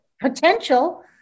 potential